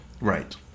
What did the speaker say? Right